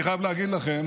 אני חייב להגיד לכם